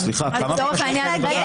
סליחה, כמה בקשות כאלה בדקת?